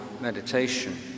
meditation